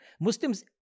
Muslims